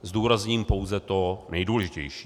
Zdůrazním pouze to nejdůležitější.